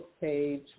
page